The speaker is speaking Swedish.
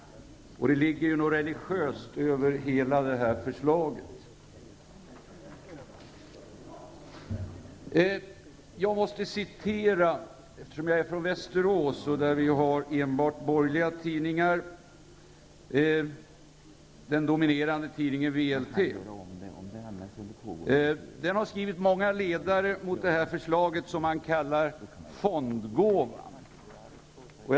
Det är ju också något religiöst över hela det här förslaget. Eftersom jag är från Västerås och vi där har enbart borgerliga tidningar vill jag citera den dominerande tidningen VLT. Den har haft många ledare mot det här förslaget, som man kallar fondgåvan.